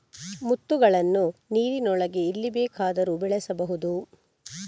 ಮುತ್ತುಗಳನ್ನು ನೀರಿನೊಳಗೆ ಎಲ್ಲಿ ಬೇಕಾದರೂ ಬೆಳೆಸಬಹುದು